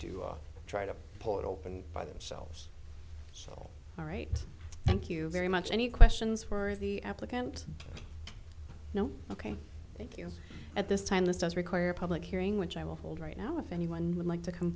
to try to pull it open by themselves so all right thank you very much any questions for the applicant know ok thank you at this time this does require a public hearing which i will hold right now if anyone would like to come